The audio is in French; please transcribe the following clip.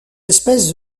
espèces